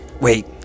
Wait